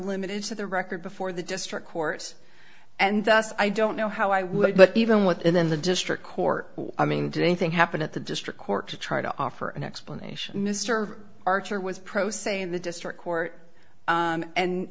limited to the record before the district court and thus i don't know how i would but even within the district court i mean did anything happen at the district court to try to offer an explanation mr archer was pro se in the district court